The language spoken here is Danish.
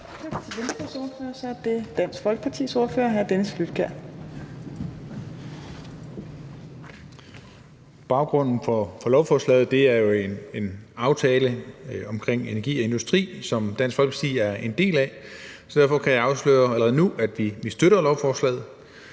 Baggrunden for lovforslaget er en klimaaftale om energi og industri, som Dansk Folkeparti er en del af, så derfor kan jeg allerede nu afsløre, at vi støtter lovforslaget.